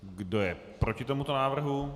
Kdo je proti tomuto návrhu?